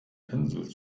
pinsel